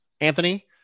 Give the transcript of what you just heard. Anthony